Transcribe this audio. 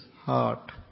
heart